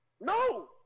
No